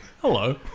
hello